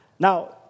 Now